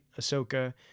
Ahsoka